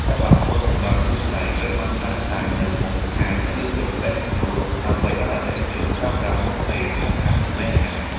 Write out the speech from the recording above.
ទឹកអាល់កុលសម្រាប់លាងដៃត្រូវបានដាក់តាំងនៅមុខហាងឬរទេះលក់ ដើម្បីឱ្យអតិថិជនប្រើប្រាស់មុនពេលចាប់កាន់ចំណីអាហារ។